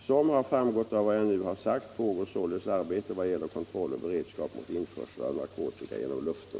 Som har framgått av vad jag nu sagt pågår således arbete när det gäller kontroll och beredskap mot införsel av narkotika genom luften.